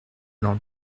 land